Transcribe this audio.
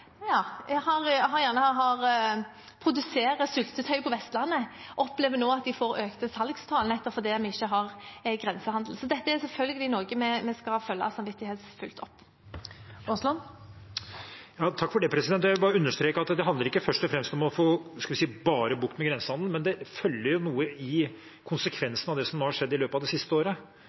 på Vestlandet, opplever nå at de får økte salgstall nettopp fordi vi ikke har grensehandel. Dette er selvfølgelig noe vi skal følge opp samvittighetsfullt. Jeg vil understreke at det ikke først og fremst handler om bare å få bukt med grensehandelen, men det følger jo noe i konsekvensen av det som har skjedd i løpet av det siste året.